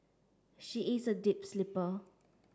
she is a deep sleeper